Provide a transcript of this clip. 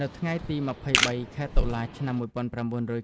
នៅថ្ងៃទី២៣ ខែតុលា ឆ្នាំ១៩៩១